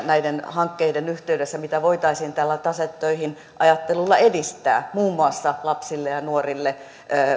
näiden hankkeiden yhteydessä voitaisiin tällä taseet töihin ajattelulla edistää muun muassa lapsille ja ja nuorille